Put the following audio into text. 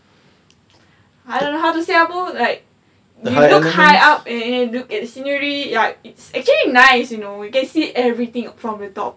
I don't know how to say abu like you look high up and you look at the scenery ya it's actually nice you know you can see everything from the top